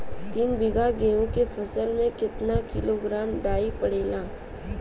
तीन बिघा गेहूँ के फसल मे कितना किलोग्राम डाई पड़ेला?